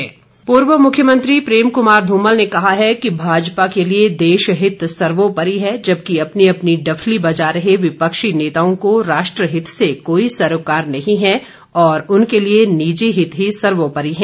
धुमल पूर्व मुख्यमंत्री प्रेम कमार ध्रमल ने कहा है कि भाजपा के लिए देशहित सर्वोपरि है जबकि अपनी अपनी डफली बजा रहे विपक्षी नेताओं को राष्ट्रहित से कोई सरोकार नहीं है और उनके लिए निजी हित ही सर्वोपरि है